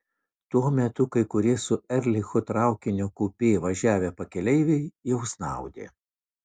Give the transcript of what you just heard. tuo metu kai kurie su erlichu traukinio kupė važiavę pakeleiviai jau snaudė